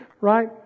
Right